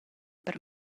per